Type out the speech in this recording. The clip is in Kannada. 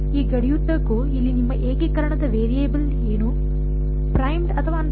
ಈ ಗಡಿಯುದ್ದಕ್ಕೂ ಇಲ್ಲಿ ನಿಮ್ಮ ಏಕೀಕರಣದ ವೇರಿಯೇಬಲ್ ಏನು ಪ್ರೈಮ್ಡ ಅಥವಾ ಅನ್ ಪ್ರೈಮ್ಡ